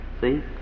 See